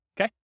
Okay